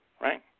right